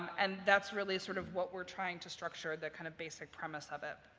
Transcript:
and that's really sort of what we're trying to structure, the kind of basic premise of it.